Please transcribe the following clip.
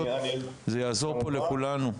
זה יעזור פה לכולנו.